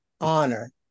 honor